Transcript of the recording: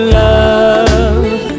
love